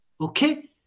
okay